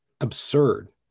absurd